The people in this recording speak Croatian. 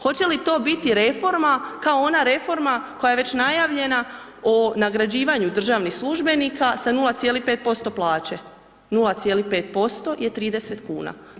Hoće li to biti reforma kao ona reforma koja je već najavljena o nagrađivanju državnih službenika sa 0,5% plaće, 0,5% je 30 kuna.